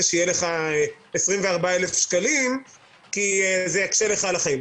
שיהיו לך 24,000 שקלים כי זה יקשה לך על החיים,